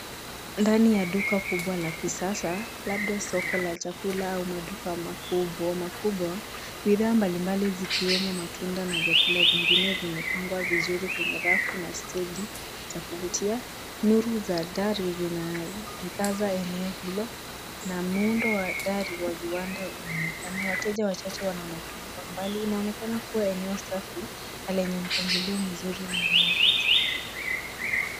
Ndani ya duka kubwa la kisasa, labda soko la chakula au maduka makubwa makubwa, bidhaa mbalimbali zikiwemo matunda na vyakula vingine vimepangwa vizuri kwenye rafu na stade za kuvutia. Nuru za dari zinaangaza eneo hilo na muundo wa dari wa viwanda unaonekana. Wateja wachache wanaonekana kwa mbali. Unaonekana kuwa eneo safi lenye mpangilio mzuri na ununuzi.